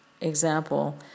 example